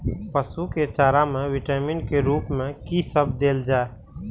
पशु के चारा में विटामिन के रूप में कि सब देल जा?